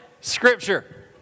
Scripture